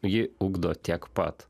ji ugdo tiek pat